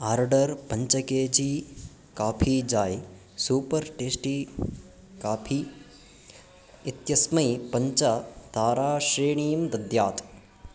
order पञ्च के जी काफी जाय् सूपर् टेस्टी काफी इत्यस्मै पञ्चताराश्रेणीं दद्यात्